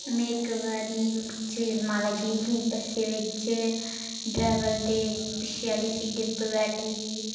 में इक बारी मचेल माता गेई ही बस्सै बिच डरैवर दे पिच्छे आह्ली सीट उप्पर बैठी ही